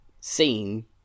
seen